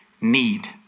need